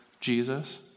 Jesus